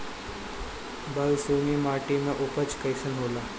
बालसुमी माटी मे उपज कईसन होला?